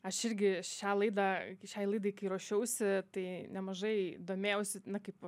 aš irgi šią laidą šiai laidai kai ruošiausi tai nemažai domėjausi na kaip